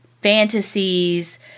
Fantasies